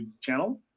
channel